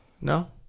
No